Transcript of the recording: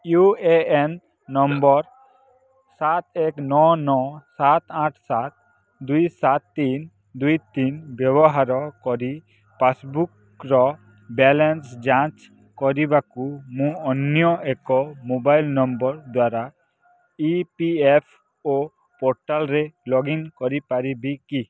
you A N number ସାତ ଏକ ନଅ ନଅ ସାତ ଆଠ ସାତ ଦୁଇ ସାତ ତିନି ଦୁଇ ତିନି ବ୍ୟବହାର କରି ପାସ୍ବୁକ୍ର ବାଲାନ୍ସ ଯାଞ୍ଚ୍ କରିବାକୁ ମୁଁ ଅନ୍ୟ ଏକ ମୋବାଇଲ୍ ନମ୍ବର୍ ଦ୍ଵାରା ଇ ପି ଏଫ୍ ଓ ପୋର୍ଟାଲ୍ରେ ଲଗ୍ଇନ୍ କରିପାରିବି କି